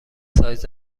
سایز